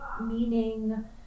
meaning